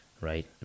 right